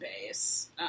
base